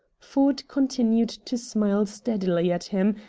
ford continued to smile steadily at him,